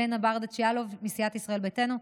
אלינה ברדץ' יאלוב מסיעת ישראל ביתנו,